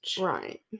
Right